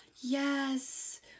yes